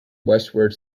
westward